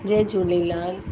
Jay Jhulelal